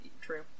True